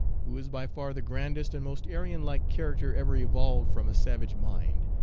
who is by far the grandest and most aryan-like character ever evolved from a sav age mind,